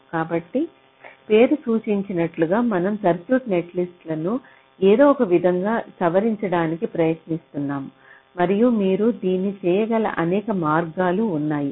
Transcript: కాబట్టి పేరు సూచించినట్లుగా మనం సర్క్యూట్ నెట్లిస్ట్ ను ఏదో ఒక విధంగా సవరించడానికి ప్రయత్నిస్తున్నాముమరియు మీరు దీన్ని చేయగల అనేక మార్గాలు ఉన్నాయి